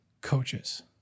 coaches